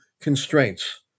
constraints